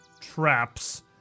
traps